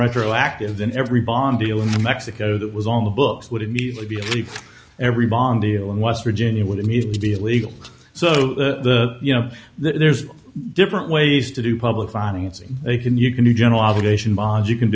retroactive then every bond deal in mexico that was on the books would immediately be every bond deal and west virginia would immediately so you know there's different ways to do public financing they can you can do general obligation bonds you can